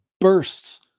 bursts